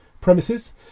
premises